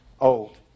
old